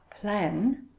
plan